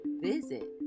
Visit